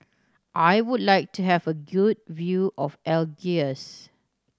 I would like to have a good view of Algiers